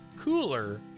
cooler